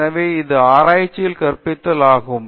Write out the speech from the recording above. எனவே இது ஆராய்ச்சியில் கற்பித்தல் ஆகும்